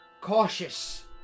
cautious